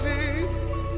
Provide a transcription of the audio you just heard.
Jesus